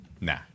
nah